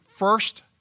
first